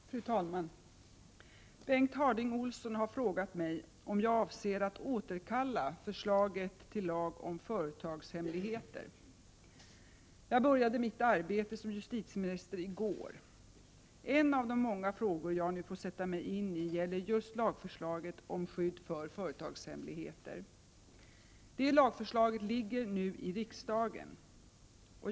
Fru talman! Bengt Harding Olson har frågat mig om jag avser att återkalla förslaget till lag om företagshemligheter. Jag började mitt arbete som justitieminister i går. En av de många frågor som jag nu får sätta mig in i gäller just lagförslaget om skydd för företagshemligheter. Det lagförslaget ligger nu i riksdagen.